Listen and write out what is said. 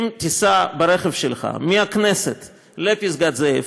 אם תיסע ברכב שלך מהכנסת לפסגת זאב,